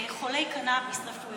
חולי קנביס רפואי.